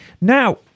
Now